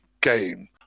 game